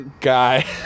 Guy